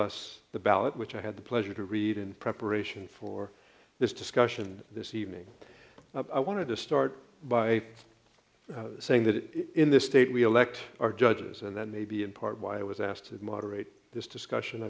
us the ballot which i had the pleasure to read in preparation for this discussion this evening i want to distort by saying that in this state we elect our judges and then maybe in part why i was asked to moderate this discussion